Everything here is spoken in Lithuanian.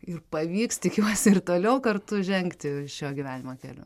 ir pavyks tikiuosi ir toliau kartu žengti šio gyvenimo keliu